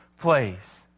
place